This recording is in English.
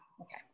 Okay